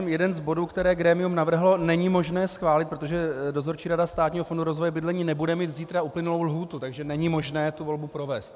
Jeden z bodů, které grémium navrhlo, není možné schválit, protože Dozorčí rada Státního fondu rozvoje bydlení nebude mít zítra uplynulou lhůtu, takže není technicky možné volbu provést.